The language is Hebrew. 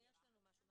יש לנו משהו.